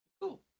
cool